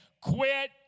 quit